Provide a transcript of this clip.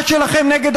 אנחנו